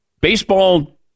baseball